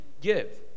give